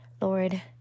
Lord